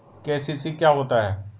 KCC क्या होता है?